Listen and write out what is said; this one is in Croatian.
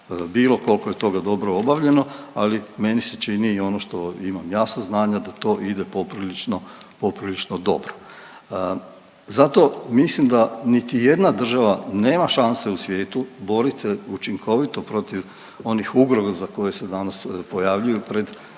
bilo, kolko je toga dobro obavljeno, ali meni se čini i ono što imam ja saznanja da to ide poprilično dobro. Zato mislim da niti jedna država nema šanse u svijetu borit se učinkovito protiv onih ugroza koje se danas pojavljuju pred